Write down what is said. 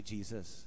Jesus